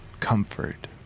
comfort